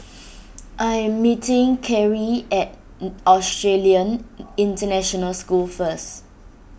I am meeting Karrie at Australian International School first